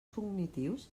cognitius